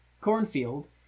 Cornfield